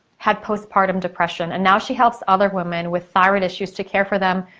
had post-partum depression and now she helps other women with thyroid issues, to care for them,